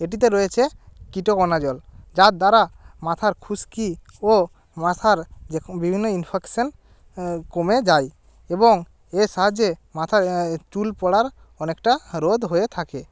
এটিতে রয়েছে কিটোকণাজল যার দ্বারা মাথার খুস্কি ও মাথার যেকো বিভিন্ন ইনফেকশান কমে যায় এবং এর সাহায্যে মাথার চুল পড়ার অনেকটা রোধ হয়ে থাকে